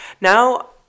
Now